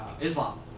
Islam